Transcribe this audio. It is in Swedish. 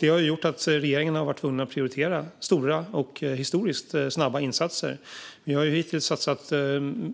Det har gjort att regeringen har varit tvungen att prioritera stora och historiskt snabba insatser. Vi har hittills satsat